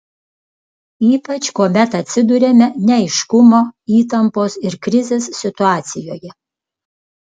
ypač kuomet atsiduriame neaiškumo įtampos ir krizės situacijoje